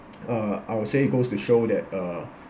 uh I would say it goes to show that uh